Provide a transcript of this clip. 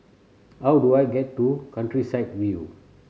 how do I get to Countryside View